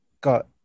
got